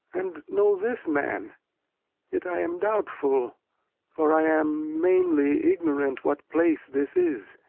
and know this man yet i am doubtful for i am mainly ignorant what place this is